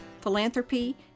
philanthropy